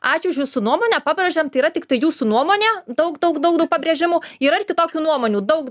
ačiū už jūsų nuomonę pabrėžiam tai yra tiktai jūsų nuomonė daug daug daug daug pabrėžimų yra ir kitokių nuomonių daug